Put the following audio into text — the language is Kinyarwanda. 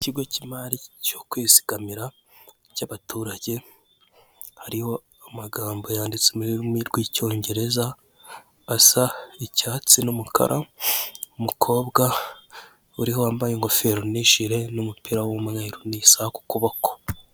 Ikigo cy'imari cyo kwizigamira cy'abaturage, hariho amagambo yanditse mu rurimi rw'icyongereza, asa icyatsi n'umukara, Umukobwa uriho wambaye ingofero nijire n'umupira w'umweru n'isaha ku kuboko.